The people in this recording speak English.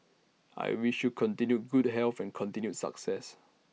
I wish you continued good health and continued success